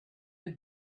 them